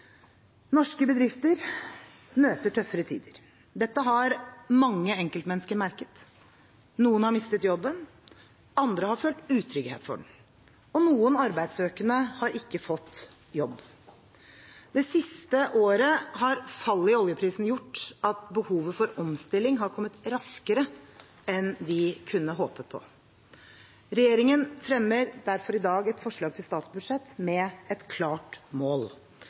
Norske bedrifter møter tøffere tider. Dette har mange enkeltmennesker merket: Noen har mistet jobben, andre har følt utrygghet for den. Og noen arbeidssøkende har ikke fått jobb. Det siste året har fallet i oljeprisen gjort at behovet for omstilling har kommet raskere enn vi kunne håpet på. Regjeringen fremmer derfor i dag et forslag til statsbudsjett med et klart mål: